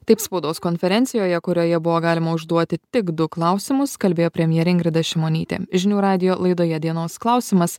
taip spaudos konferencijoje kurioje buvo galima užduoti tik du klausimus kalbėjo premjerė ingrida šimonytė žinių radijo laidoje dienos klausimas